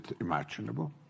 imaginable